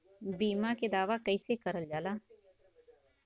बीमा के दावा कैसे करल जाला?